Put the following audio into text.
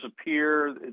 appear